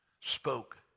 spoke